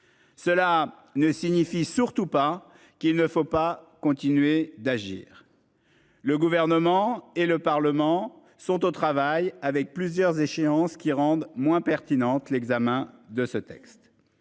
Cela ne signifie surtout pas qu'il ne faut pas continuer d'agir. Le gouvernement et le Parlement sont au travail avec plusieurs échéances qui rendent moins pertinente, l'examen de ce texte.